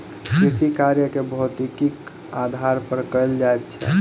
कृषिकार्य के भौतिकीक आधार पर कयल जाइत छै